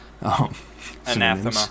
Anathema